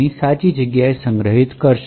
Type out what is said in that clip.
ની સાચી જગ્યાએ સંગ્રહિત કરશે